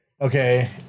Okay